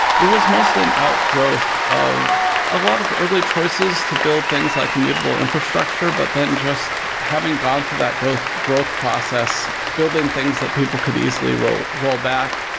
it was mostly an outgrowth of a lot of early choices to build things like commutable infrastructure, but then just having gone through that growth growth process, building things that people could easily rollback,